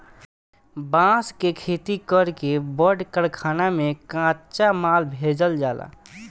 बांस के खेती कर के बड़ कारखाना में कच्चा माल भेजल जाला